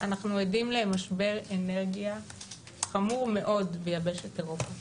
אנחנו עדים למשבר אנרגיה חמור מאוד ביבשת אירופה.